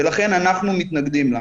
ולכן אנחנו מתנגדים לה.